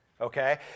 okay